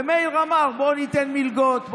ומאיר אמר: בוא ניתן מלגות,